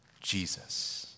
Jesus